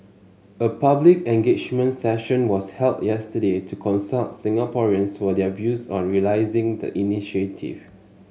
a public engagement session was held yesterday to consult Singaporeans for their views on realising the initiative